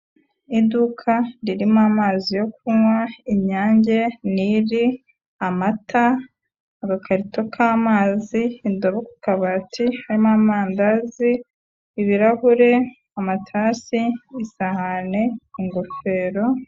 Iduka ririmo amazi yo kunywa Inyange, Niri, amata, agakarito k'amazi, indobo ku kabati irimo amandazi, ibirahure, amatasi, isahani, ingofero.